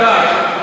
מדע, מדע.